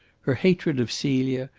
her hatred of celia,